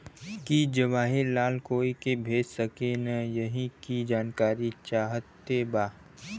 की जवाहिर लाल कोई के भेज सकने यही की जानकारी चाहते बा?